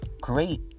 great